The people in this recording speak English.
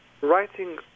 Writing